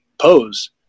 pose